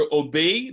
obey